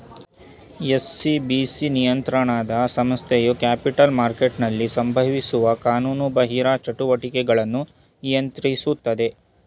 SCBC ನಿಯಂತ್ರಣ ಸಂಸ್ಥೆಯು capital ಮಾರ್ಕೆಟ್ನಲ್ಲಿ ಸಂಭವಿಸುವ ಕಾನೂನುಬಾಹಿರ ಚಟುವಟಿಕೆಗಳನ್ನು ನಿಯಂತ್ರಿಸುತ್ತದೆ